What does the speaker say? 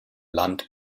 land